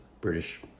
British